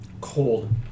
cold